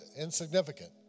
insignificant